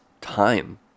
time